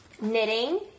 knitting